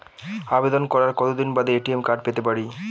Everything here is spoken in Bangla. আবেদন করার কতদিন বাদে এ.টি.এম কার্ড পেতে পারি?